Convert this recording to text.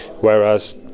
Whereas